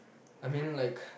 I mean like